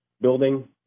building